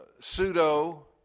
pseudo